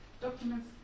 documents